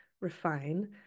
refine